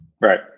Right